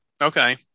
Okay